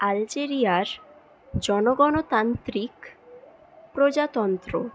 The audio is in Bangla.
আলজেরিয়ার জনগণতান্ত্রিক প্রজাতন্ত্র